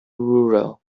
rural